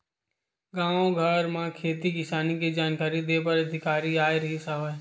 गाँव घर म खेती किसानी के जानकारी दे बर अधिकारी आए रिहिस हवय